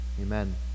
amen